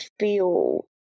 feel